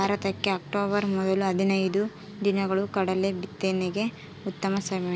ಭಾರತಕ್ಕೆ ಅಕ್ಟೋಬರ್ ಮೊದಲ ಹದಿನೈದು ದಿನಗಳು ಕಡಲೆ ಬಿತ್ತನೆಗೆ ಉತ್ತಮ ಸಮಯ